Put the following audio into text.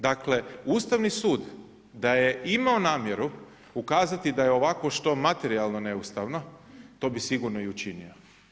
Dakle Ustavni sud da je imao namjeru ukazati da je ovakvo što materijalno neustavno to bi sigurno i učinio.